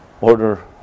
order